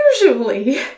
usually